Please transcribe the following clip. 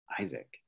Isaac